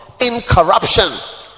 incorruption